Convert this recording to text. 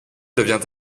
devient